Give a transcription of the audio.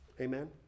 Amen